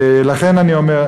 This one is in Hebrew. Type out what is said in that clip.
לכן אני אומר,